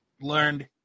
learned